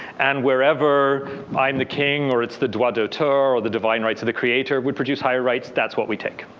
and wherever i am the king, or it's the droit d'auteur or the divine rights of the creator would produce higher rights, that's what we take.